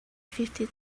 fifty